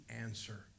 answer